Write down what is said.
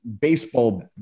baseball